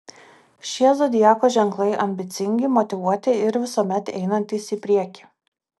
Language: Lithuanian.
šie zodiako ženklai ambicingi motyvuoti ir visuomet einantys į priekį